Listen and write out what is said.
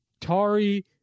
Tari